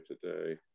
today